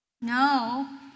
No